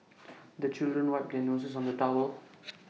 the children wipe their noses on the towel